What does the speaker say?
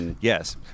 Yes